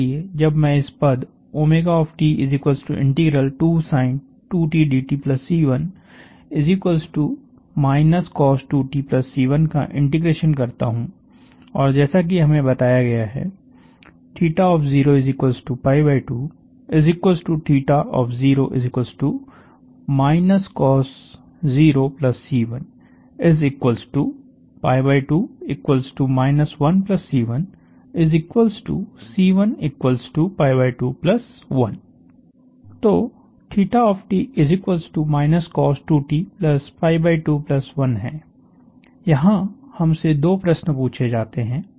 इसलिए जब मैं इस पद 2 sindtC1 cosC1 का इंटीग्रेशन करता हु और जैसा की हमें बताया गया है 2 cosC1 2 1C1C121 तो cos21 है यहाँ हमसे दो प्रश्न पूछे जाते है